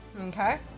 Okay